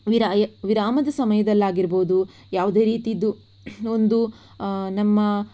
ವಿರಾಯ ವಿರಾಮದ ಸಮಯದಲ್ಲಾಗಿರಬಹುದು ಯಾವುದೇ ರೀತಿಯದ್ದು ಒಂದು ನಮ್ಮ